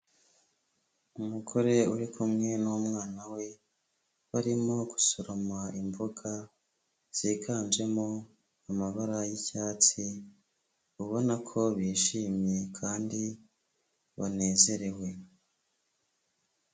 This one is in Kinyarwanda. Umugore uri kumwe n'umwana we barimo gusoroma imboga ziganjemo amabara y'icyatsi ubona ko bishimye kandi banezerewe.